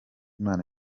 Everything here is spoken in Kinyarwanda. imana